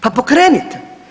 Pa pokrenite!